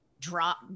drop